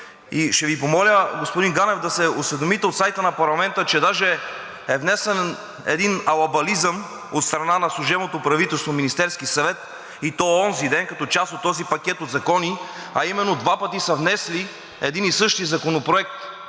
Ще Ви помоля, господин Ганев, да се осведомите от сайта на парламента, че даже е внесен един алабализъм от страна на служебното правителство – Министерския съвет, и то онзиден, като част от този пакет закони, а именно два пъти са внесли един и същи законопроект.